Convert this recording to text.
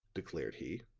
declared he.